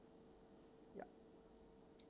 yup